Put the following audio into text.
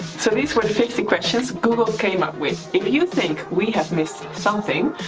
so these were fifty questions google came up with. if you think we have missed something,